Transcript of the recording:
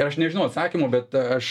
aš nežinau atsakymo bet aš